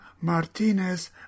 Martinez